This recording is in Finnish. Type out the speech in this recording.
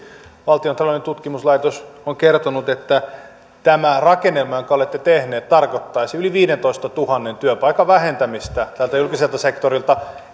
taloudellinen tutkimuslaitos on kertonut että tämä rakennelma jonka olette tehneet tarkoittaisi yli viidentoistatuhannen työpaikan vähentämistä täältä julkiselta sektorilta